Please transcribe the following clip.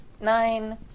Nine